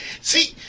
See